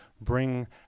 bring